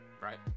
right